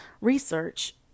research